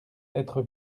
être